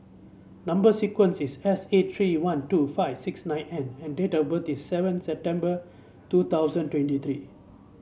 number sequence is S eight three one two five six nine N and date of birth is seven September two thousand twenty three